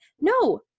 no